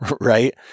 Right